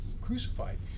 crucified